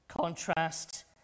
contrast